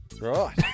Right